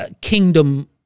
kingdom